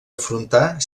afrontar